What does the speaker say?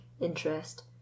interest